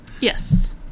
Yes